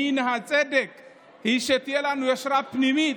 מן הצדק הוא שתהיה לנו יושרה פנימית.